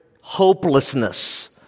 hopelessness